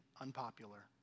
unpopular